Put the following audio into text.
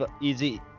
easy